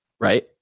right